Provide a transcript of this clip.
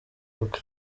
kuko